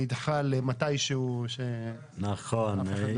ולכן, אני יכול לקבל את זה אם אין ברירה.